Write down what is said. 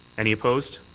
any opposed?